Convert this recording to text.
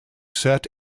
set